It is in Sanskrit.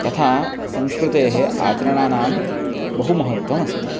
तथा संस्कृतेः आचरणानां बहुमहत्वमस्ति